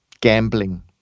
gambling